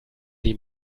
die